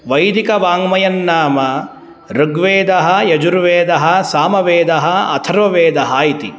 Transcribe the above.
वैदिकवाङ्मयन्नाम ऋग्वेदः यजुर्वेदः सामवेदः अथर्ववेदः इति